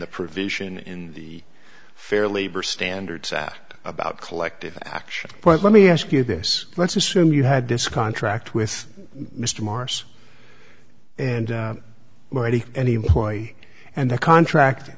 the provision in the fair labor standards act about collective action but let me ask you this let's assume you had this contract with mr mars and already anyway and the contract